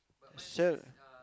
sell